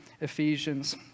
Ephesians